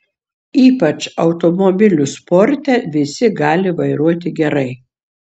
ypač automobilių sporte visi gali vairuoti gerai